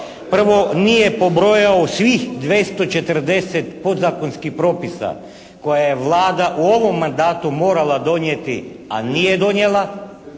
Prvo nije pobrojao svih 240 podzakonskih propisa koja je Vlada u ovom mandatu morala donijeti, a nije donijela